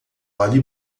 vale